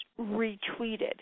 retweeted